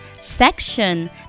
section